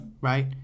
right